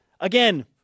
again